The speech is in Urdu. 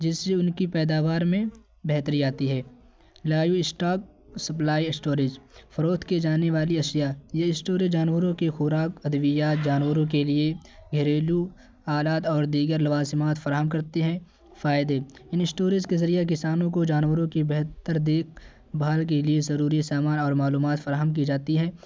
جس سے ان کی پیداوار میں بہتری آتی ہے لائیو اسٹاک سپلائی اسٹوریج فروخت کیے جانے والی اشیا یہ اسٹوریج جانوروں کے خوراک ادویا جانوروں کے لیے گھریلو آلات اور دیگر لوازمات فراہم کرتے ہیں فائدے ان اسٹوریج کے ذریعے کسانوں کو جانوروں کی بہتر دیکھ بھال کے لیے ضروری سامان اور معلومات فراہم کی جاتی ہیں